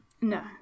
No